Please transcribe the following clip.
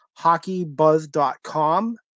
HockeyBuzz.com